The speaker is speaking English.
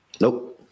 Nope